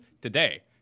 today